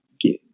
get